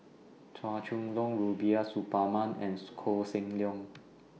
Chua Chong Long Rubiah Suparman and Koh Seng Leong